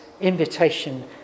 invitation